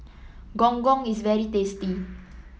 Gong Gong is very tasty